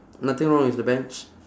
nothing wrong with the bench